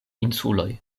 insuloj